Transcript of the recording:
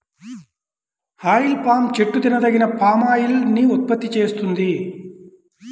oil palm చెట్టు తినదగిన palm oil ని ఉత్పత్తి చేస్తుంది